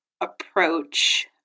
approach